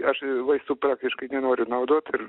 aš vaistų praktiškai nenoriu naudot ir